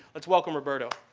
let's welcome roberto!